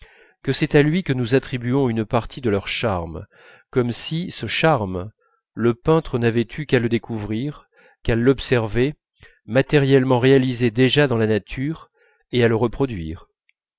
que c'est à lui que nous attribuons une partie de leur charme comme si ce charme le peintre n'avait eu qu'à le découvrir qu'à l'observer matériellement réalisé déjà dans la nature et à le reproduire